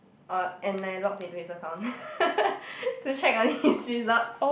uh and I logged into his account to check on his results